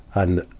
and,